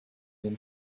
den